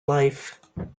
life